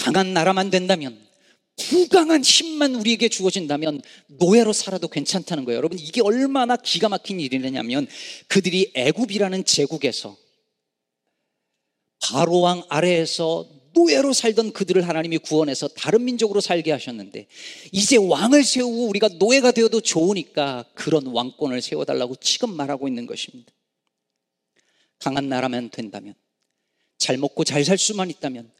강한 나라만 된다면, 부강한 힘만 우리에게 주어진다면 노예로 살아도 괜찮다는 거예요. 여러분, 이게 얼마나 기가 막힌 일이냐면 그들이 애굽이라는 제국에서 바로 왕 아래에서 노예로 살던 그들을 하나님이 구원해서 다른 민족으로 살게 하셨는데 이제 왕을 세우고 우리가 노예가 되어도 좋으니까 그런 왕권을 세워달라고 지금 말하고 있는 것입니다. 강한 나라만 된다면, 잘 먹고 잘 살 수만 있다면